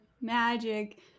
magic